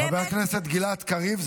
חבר הכנסת גלעד קריב,